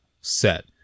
set